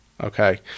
okay